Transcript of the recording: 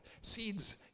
Seeds